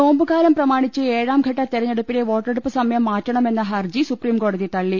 നോമ്പുകാലം പ്രമാണിച്ച് ഏഴാംഘട്ട തെരഞ്ഞെടുപ്പിലെ വോട്ട ടുപ്പ് സമയം മാറ്റണമെന്ന ഹർജി സുപ്രീംകോടതി തള്ളി